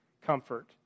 comfort